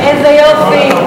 איזה יופי.